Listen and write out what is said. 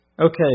Okay